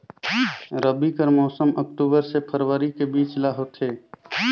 रबी कर मौसम अक्टूबर से फरवरी के बीच ल होथे